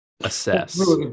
assess